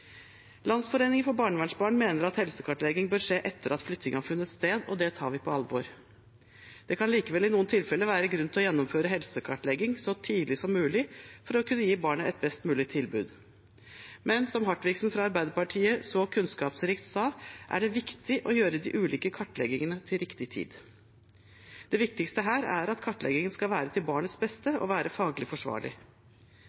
Landsforeningen for barnevernsbarn mener at helsekartlegging bør skje etter at flytting har funnet sted, og det tar vi på alvor. Det kan likevel i noen tilfeller være grunn til å gjennomføre helsekartlegging så tidlig som mulig for å kunne gi barnet et best mulig tilbud, men som Male Hartviksen fra Arbeiderpartiet så kunnskapsrikt sa, er det viktig å gjøre de ulike kartleggingene til riktig tid. Det viktigste her er at kartleggingen skal være til barnets beste